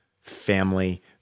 family